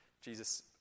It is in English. Jesus